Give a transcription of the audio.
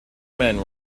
men